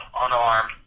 unarmed